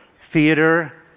Theater